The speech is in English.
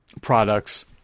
products